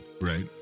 right